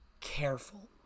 careful